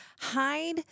hide